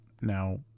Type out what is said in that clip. Now